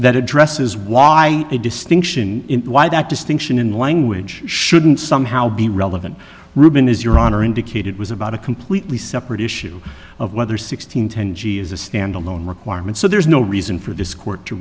that addresses why a distinction why that distinction in language shouldn't somehow be relevant ruben is your honor indicated was about a completely separate issue of whether sixteen ten g is a standalone requirement so there is no reason for this court to